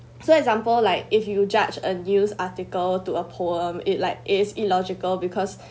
so example like if you judge a news article to a poem it like it is illogical because